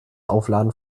aufladen